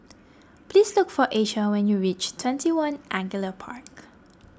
please look for Asia when you reach twenty one Angullia Park